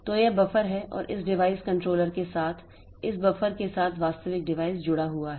तो यह बफर है और इस डिवाइस कंट्रोलर के साथ इस बफर के साथ वास्तविक डिवाइस जुड़ा हुआ है